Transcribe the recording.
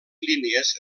línies